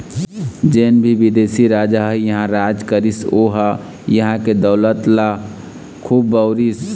जेन भी बिदेशी राजा ह इहां राज करिस ओ ह इहां के दउलत ल खुब बउरिस